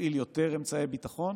להפעיל יותר אמצעי ביטחון?